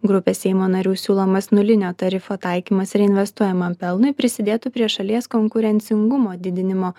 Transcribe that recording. grupės seimo narių siūlomas nulinio tarifo taikymas reinvestuojamam pelnui prisidėtų prie šalies konkurencingumo didinimo